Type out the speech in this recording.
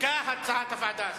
כהצעת הוועדה,